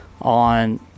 on